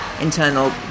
internal